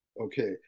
okay